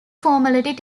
formality